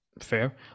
fair